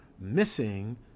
missing